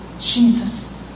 Jesus